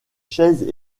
chaises